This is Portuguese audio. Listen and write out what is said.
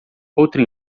outro